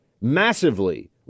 massively